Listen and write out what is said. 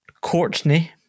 Courtney